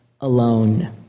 alone